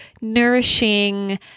nourishing